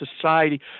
society